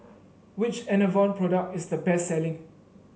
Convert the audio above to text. which Enervon product is the best selling